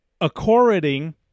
According